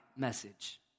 message